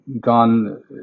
gone